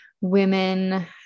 women